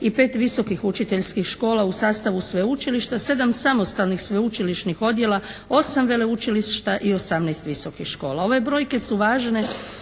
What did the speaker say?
i 5 visokih učiteljskih škola u sastavu sveučilišta, 7 samostalnih sveučilišnih odjela, 8 veleučilišta i 18 visokih škola. Ove brojke su važne